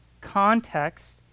context